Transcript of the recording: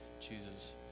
chooses